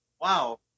wow